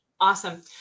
Awesome